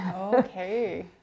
Okay